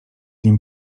nim